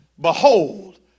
Behold